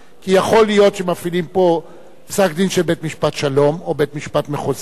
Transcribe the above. כי יכול להיות שמפעילים פה פסק-דין של בית-משפט שלום או בית-משפט מחוזי,